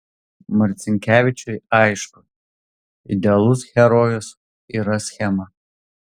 marcinkevičiui aišku idealus herojus yra schema